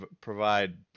provide